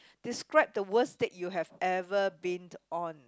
describe the worst date you have ever been on